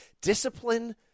discipline